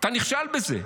אתה נכשל בזה,